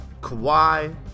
Kawhi